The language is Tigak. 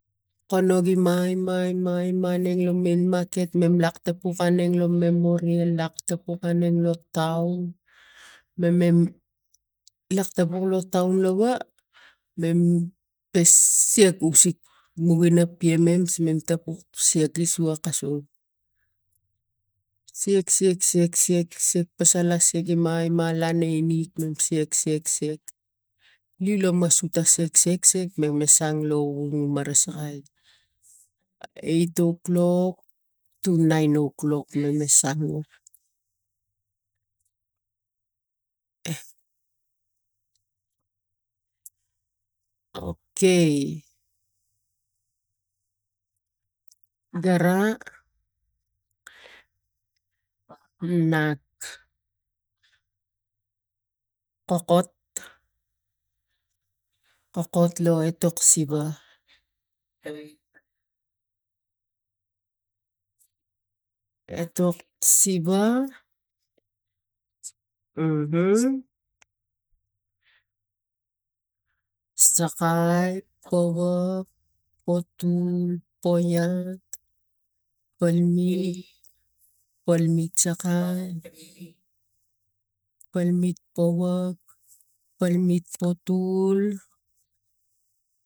Kono gi mai mai mareng lo main maket lak tapuk aneng lo memorial lak topuk aneng lo taun mamem lak tapuk lo taun lava mem siak gi suak kaseng siak siak siak siak siak pasal las sege mai lana eni mam siak siak siak mem masang lov mara sakai eight o clock to nine o clock mama sang okai gara na kokot lo etok siva etok siva sakai powak potul poiat palmet polmet sakai palmet powak palmet potul